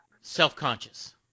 self-conscious